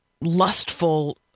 lustful